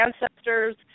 ancestors